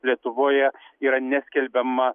lietuvoje yra neskelbiama